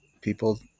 people